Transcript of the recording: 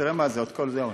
תראה עוד כמה,